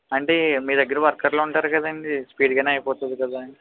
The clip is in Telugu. అంటే మీ దగ్గర వర్కర్లు ఉంటారు కదండీ స్పీడ్గానే అయిపోతుంది కదా అనీ